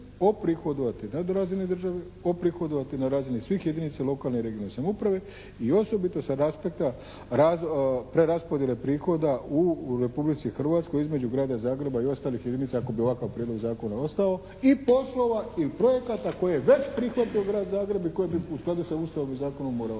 oprihodovati nad razine države, oprihodovati na razini svih jedinica lokalne i regionalne samouprave i osobito sa aspekta preraspodjele prihoda u Republici Hrvatskoj između Grada Zagreba i ostalih jedinica ako bi ovakav Prijedlog zakona ostao i poslova i projekata koje je već prihvatio Grad Zagreb i koje bi stoga sa Ustavom i zakonom morao